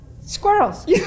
Squirrels